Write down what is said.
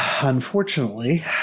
Unfortunately